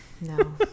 no